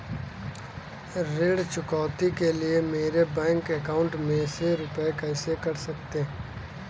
ऋण चुकौती के लिए मेरे बैंक अकाउंट में से रुपए कैसे कट सकते हैं?